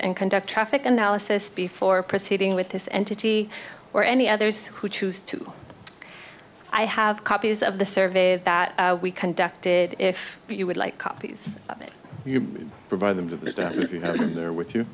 and conduct traffic analysis before proceeding with this entity or any others who choose to i have copies of the survey that we conducted if you would like copies you provide them with their with you